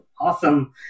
Awesome